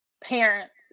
parents